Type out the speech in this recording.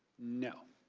no.